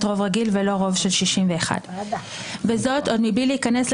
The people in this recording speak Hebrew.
רוב רגיל ולא רוב של 61. על מה מדובר?